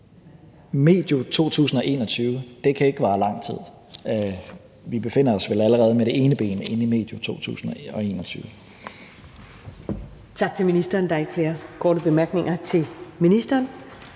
medio 2021. Det kan ikke vare lang tid. Vi befinder os vel allerede med det ene ben inde i medio 2021. Kl. 10:48 Første næstformand (Karen Ellemann): Tak til ministeren.